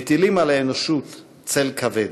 מטילים על האנושות צל כבד.